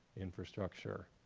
infrastructure,